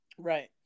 Right